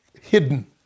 hidden